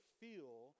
feel